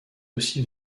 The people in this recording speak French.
aussi